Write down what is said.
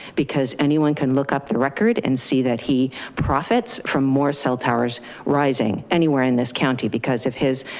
because anyone can look up the record and see that he profits from more cell towers rising anywhere in this county because of his